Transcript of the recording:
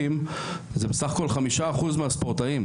זה לא רלוונטי לאימונים.